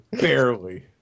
Barely